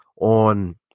on